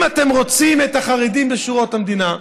אם אתם רוצים את החרדים בשורות המדינה,